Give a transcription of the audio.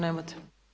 Nemate?